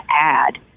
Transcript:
add